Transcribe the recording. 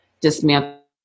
dismantle